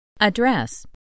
Address